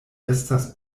estas